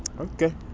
Okay